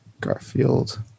Garfield